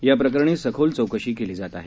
या प्रकरणी सखोल चौकशी केली जात आहे